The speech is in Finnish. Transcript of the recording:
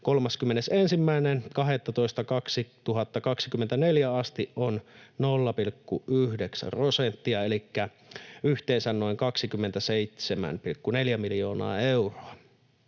31.12.2024 asti on 0,9 prosenttia elikkä yhteensä noin 27,4 miljoonaa euroa.